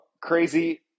Crazy